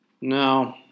no